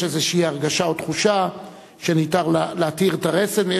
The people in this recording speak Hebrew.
יש איזו הרגשה או תחושה שניתן להתיר את הרסן,